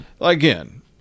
again